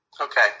Okay